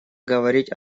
говорить